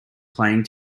playing